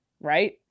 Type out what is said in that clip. right